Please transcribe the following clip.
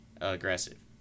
Aggressive